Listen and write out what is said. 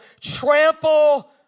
trample